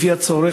לפי הצורך,